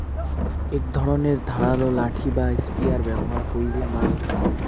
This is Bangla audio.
এক ধরণের ধারালো নাঠি বা স্পিয়ার ব্যবহার কইরে মাছ ধরাঙ